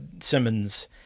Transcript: Simmons